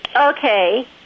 Okay